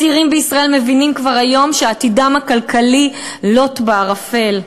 הצעירים בישראל מבינים כבר היום שעתידם הכלכלי לוט בערפל.